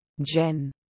Jen